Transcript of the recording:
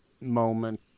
moment